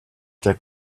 take